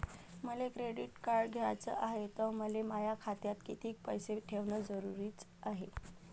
मले credit card घ्याचं हाय, त मले माया खात्यात कितीक पैसे ठेवणं जरुरीच हाय?